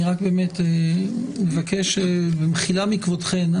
אני רק מבקש במחילה מכבודכן,